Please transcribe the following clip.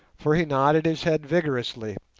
for he nodded his head vigorously,